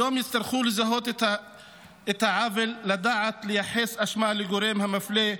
היום יצטרכו לזהות את העוול ולדעת לייחס אשמה לגורם המפלה,